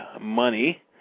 Money